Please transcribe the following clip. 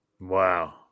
Wow